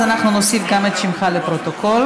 נוסיף גם את שמך לפרוטוקול,